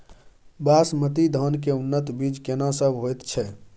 बासमती धान के उन्नत बीज केना सब होयत छै?